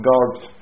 God's